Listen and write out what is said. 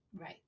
right